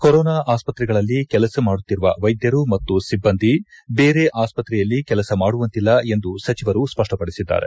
corona ಆಸ್ತತ್ರೆಗಳಲ್ಲಿ ಕೆಲಸ ಮಾಡುತ್ತಿರುವ ವೈದ್ಯರು ಮತ್ತು ಸಿಬ್ಬಂದಿ ಬೇರೆ ಆಸ್ತ್ರೆಯಲ್ಲಿ ಕೆಲಸ ಮಾಡುವಂತಿಲ್ಲ ಎಂದು ಸಚಿವರು ಸ್ಪಷ್ಟಪಡಿಸಿದ್ದಾರೆ